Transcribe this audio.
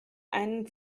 einen